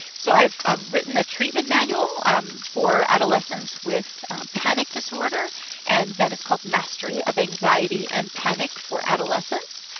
so i've ah written a treatment manual um for adolescents with panic disorder and that is called mastery of anxiety and panic for adolescents.